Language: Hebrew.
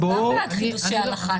אז בוא --- אנחנו גם בעד חידושי הלכה,